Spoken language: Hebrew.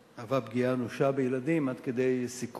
היא מהווה פגיעה אנושה בילדים, עד כדי סיכון.